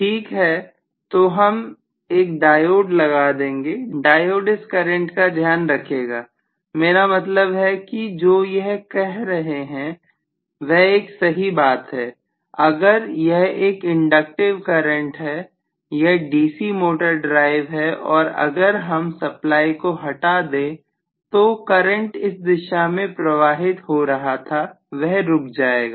professor ठीक है तो हम डायोड लगा देंगे डायोड इस करंट का ध्यान रखेगा मेरा मतलब है कि जो यह कह रहे हैं वह एक सही बात है अगर यह एक इंडक्टिव करंट है यह डीसी मोटर ड्राइव है और अगर हम सप्लाई को हटा दें तो जो करंट इस दिशा में प्रवाहित हो रहा था वह रुक जाएगा